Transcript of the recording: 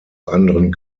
anderen